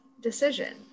decision